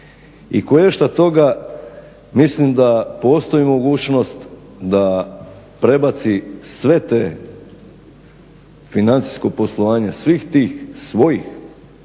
i koješta toga mislim da postoji mogućnost da prebaci sve te, financijsko poslovanje svih tih svojih